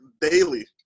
Daily